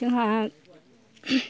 जोंहा